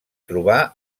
trobar